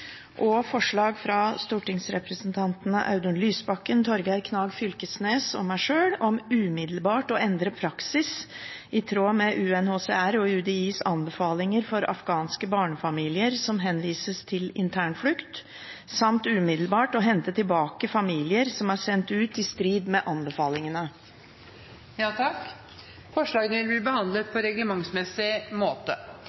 stortingsrepresentantene Audun Lysbakken, Torgeir Knag Fylkesnes og meg sjøl vil jeg sette fram forslag om umiddelbart å sikre at praksis for afghanske barnefamilier som henvises til internflukt, er i tråd med og følger UNHCRs og Utlendingsdirektoratets, UDIs, anbefalinger. Forslagene vil bli behandlet på reglementsmessig måte. Etter ønske fra kommunal- og forvaltningskomiteen vil